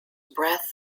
breath